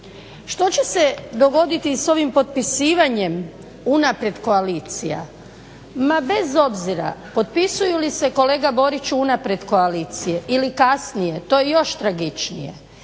Što će se dogoditi i sa ovim potpisivanjem unaprijed koalicija. Ma bez obzira potpisuju li se kolega Boriću unaprijed koalicije ili kasnije to je još tragičnije,